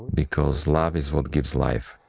because love is what gives life.